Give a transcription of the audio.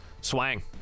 Swang